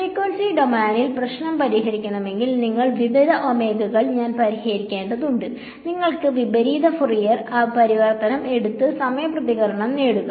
frequency ഡൊമെയ്നിൽ പ്രശ്നം പരിഹരിക്കണമെങ്കിൽ വിവിധ ഒമേഗകൾ ഞാൻ പരിഹരിക്കേണ്ടതുണ്ട് തുടർന്ന് വിപരീത ഫൊറിയർ പരിവർത്തനം എടുത്ത് സമയ പ്രതികരണം നേടുക